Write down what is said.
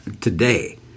today